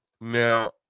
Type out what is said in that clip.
now